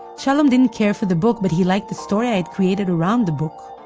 shalom didn't care for the book, but he liked the story i had created around the book.